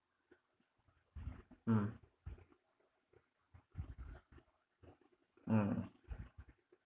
mm mm